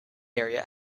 area